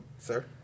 Sir